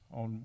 on